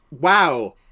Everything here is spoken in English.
wow